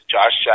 Josh